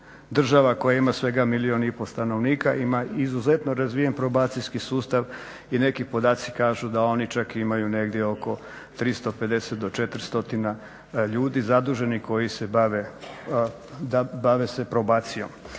država koja ima svega milijun i pol stanovnika, ima izuzetno razvijen probacijski sustav i neki podaci kažu da oni čak imaju negdje oko 350 do 400 ljudi zaduženih koji se bave probacijom.